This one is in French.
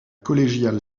collégiale